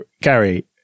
Gary